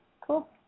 Cool